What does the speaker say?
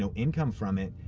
so income from it.